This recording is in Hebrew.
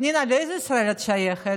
פנינה, לאיזו ישראל את שייכת?